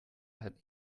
hat